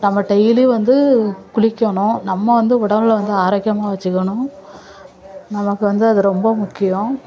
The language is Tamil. நம்ம டெய்லி வந்து குளிக்கணும் நம்ம வந்து உடலை வந்து ஆரோக்கியமாக வச்சுக்கணும் நமக்கு வந்து அது ரொம்ப முக்கியம்